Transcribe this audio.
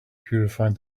purified